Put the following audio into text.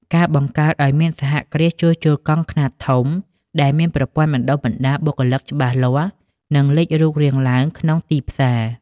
ការបង្កើតឱ្យមានសហគ្រាសជួសជុលកង់ខ្នាតធំ ដែលមានប្រព័ន្ធបណ្តុះបណ្តាលបុគ្គលិកច្បាស់លាស់ នឹងលេចរូបរាងឡើងក្នុងទីផ្សារ។